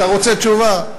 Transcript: אתה רוצה תשובה?